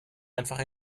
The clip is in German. einfach